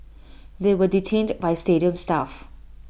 they were detained by stadium staff